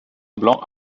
blanc